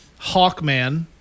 Hawkman